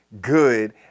good